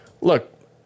look